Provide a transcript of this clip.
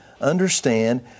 understand